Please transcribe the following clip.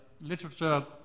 literature